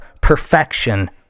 perfection